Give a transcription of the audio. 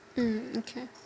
mm okay